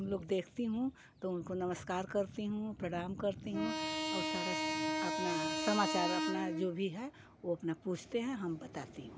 हम लोग देखते हैं तो उनको नमस्कार करती हूँ प्रणाम करती हूँ और सारा अपना समाचार अपना जो भी है वो अपना पूछते हैं हम बताते हैं